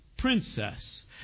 princess